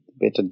better